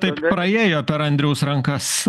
taip praėjo per andriaus rankas